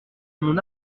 mon